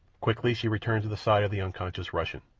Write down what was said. quickly she returned to the side of the unconscious russian.